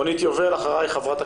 רונית יובל, בבקשה.